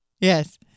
Yes